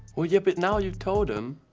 well, yeah, but now you've told em.